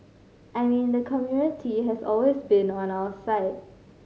I mean the community has always been on our side